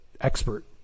expert